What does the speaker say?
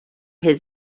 his